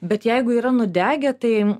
bet jeigu yra nudegę tai